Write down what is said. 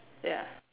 yeah